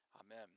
Amen